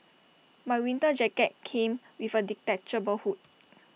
my winter jacket came with A detachable hood